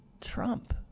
Trump